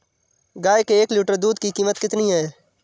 गाय के एक लीटर दूध की कीमत कितनी है?